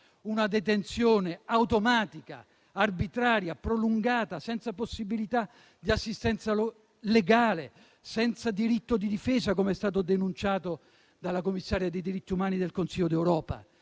una detenzione automatica, arbitraria e prolungata, senza possibilità di assistenza legale e senza diritto di difesa, come è stato denunciato dalla commissaria dei diritti umani del Consiglio d'Europa.